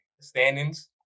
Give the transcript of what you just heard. standings